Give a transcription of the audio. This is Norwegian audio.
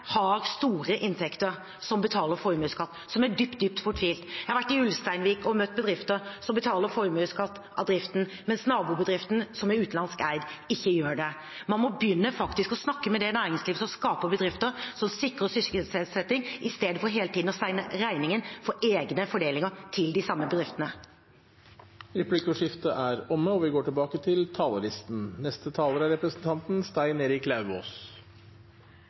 har store inntekter, og som betaler formuesskatt og er dypt, dypt fortvilet. Jeg har vært i Ulsteinvik og møtt bedrifter som betaler formuesskatt av driften, mens nabobedriften, som er utenlandsk eid, ikke gjør det. Man må faktisk begynne å snakke med det næringslivet som skaper bedrifter, som sikrer sysselsetting, istedenfor hele tiden å sende regningen for egne fordelinger til de samme bedriftene. Replikkordskiftet er omme. Arbeiderpartiets største enkeltsatsing i budsjettet for 2019 er